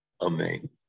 Amen